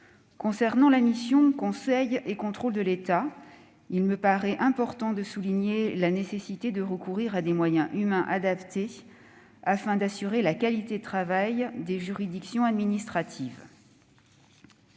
concerne la mission « Conseil et contrôle de l'État », il me paraît important de souligner la nécessité de recourir à des moyens humains adaptés afin d'assurer la qualité du travail des juridictions administratives.